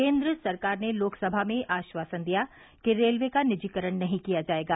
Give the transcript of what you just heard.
केन्द्र सरकार ने लोकसभा में आश्वासन दिया कि रेलवे का निजीकरण नहीं किया जाएगा